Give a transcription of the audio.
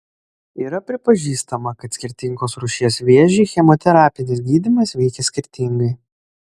yra pripažįstama kad skirtingos rūšies vėžį chemoterapinis gydymas veikia skirtingai